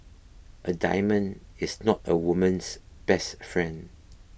a diamond is not a woman's best friend